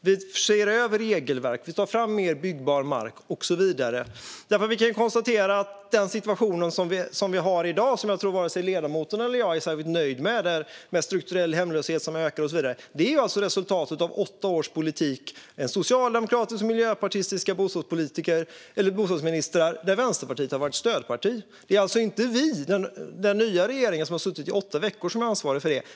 Vi ser över regelverk. Vi tar fram mer byggbar mark och så vidare. Vi kan konstatera att den situation som vi har i dag tror jag inte att vare sig ledamoten eller jag är särskilt nöjd med, med strukturell hemlöshet som ökar och så vidare. Det är resultatet av åtta års politik av socialdemokratiska och miljöpartistiska bostadsministrar där Vänsterpartiet har varit stödparti. Det är inte den nya regeringen som suttit i åtta veckor som är ansvarig för det.